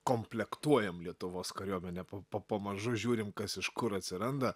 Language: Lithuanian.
komplektuojam lietuvos kariuomenę pa pa pamažu žiūrim kas iš kur atsiranda